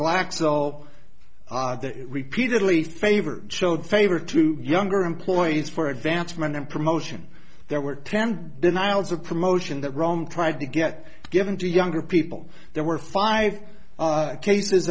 glaxo repeatedly favors showed favor to younger employees for advancement and promotion there were ten denials of promotion that rome tried to get given to younger people there were five cases